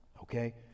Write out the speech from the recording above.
Okay